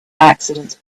accidents